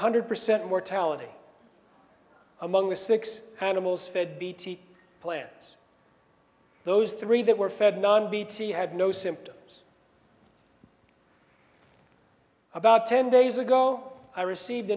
hundred percent mortality among the six animals fed bt plants those three that were fed non bt had no symptoms about ten days ago i received